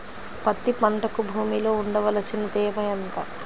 పత్తి పంటకు భూమిలో ఉండవలసిన తేమ ఎంత?